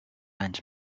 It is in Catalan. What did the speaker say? anys